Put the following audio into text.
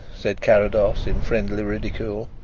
said carrados, in friendly ridicule.